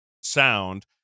sound